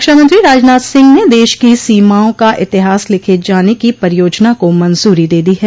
रक्षामंत्री राजनाथ सिंह ने देश की सीमाओं का इतिहास लिखे जाने की परियोजना को मंजूरी दे दी है